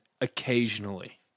occasionally